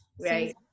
Right